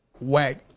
whack